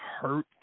hurt